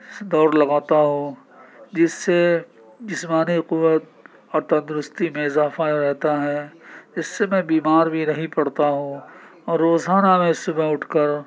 دوڑ لگاتا ہوں جس سے جسمانی قوت اور تندرستی میں اضافہ رہتا ہے اس سے میں بیمار بھی نہیں پڑتا ہوں اور روزانہ میں صبح اٹھ کر